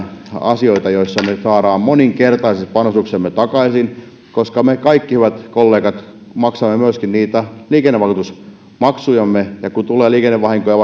asioita joissa me saamme moninkertaiset panostuksemme takaisin koska me kaikki hyvät kollegat maksamme myöskin niitä liikennevakuutusmaksujamme ja kun tulee liikennevahinkoja